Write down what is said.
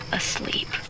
asleep